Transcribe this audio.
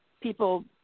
people